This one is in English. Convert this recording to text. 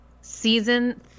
Season